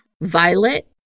Violet